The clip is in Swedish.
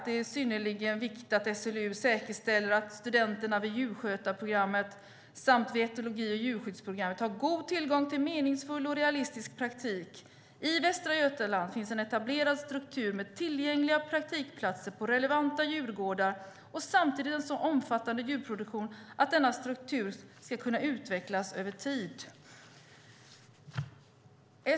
Det är synnerligen viktigt att SLU säkerställer att studenterna vid djurskötarprogrammet samt vid etologi och djurskyddsprogrammet har god tillgång till meningsfull och realistisk praktik. I Västra Götaland finns en etablerad struktur med tillgängliga praktikplatser på relevanta djurgårdar och samtidigt en så omfattande djurproduktion att denna struktur ska kunna utvecklas över tid.